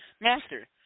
Master